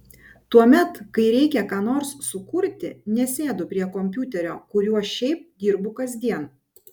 tuomet kai reikia ką nors sukurti nesėdu prie kompiuterio kuriuo šiaip dirbu kasdien